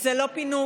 זה לא פינוק,